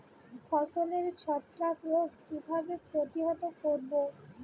ফসলের ছত্রাক রোগ কিভাবে প্রতিহত করব?